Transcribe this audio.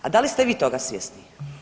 A da li ste vi toga svjesni?